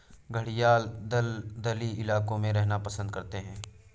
घड़ियाल दलदली इलाकों में रहना पसंद करते हैं